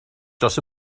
dros